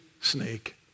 snake